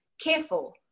careful